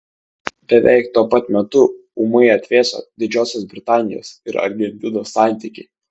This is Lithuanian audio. beveik tuo pat metu ūmai atvėso didžiosios britanijos ir argentinos santykiai